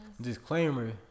Disclaimer